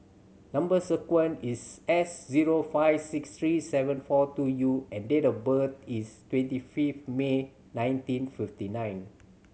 number sequence is S zero five six three seven four two U and date of birth is twenty fifth May nineteen fifty nine